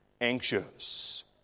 anxious